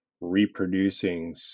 reproducing